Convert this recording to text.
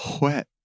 wet